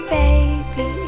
baby